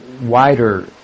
wider